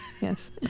yes